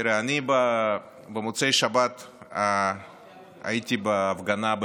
אני במוצאי שבת הייתי בהפגנה בחיפה,